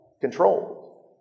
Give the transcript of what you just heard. controlled